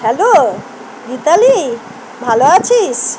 hello Mitali ভালো আছিস